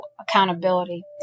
accountability